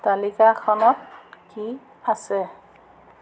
তালিকাখনত কি আছে